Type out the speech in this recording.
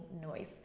noise